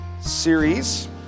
series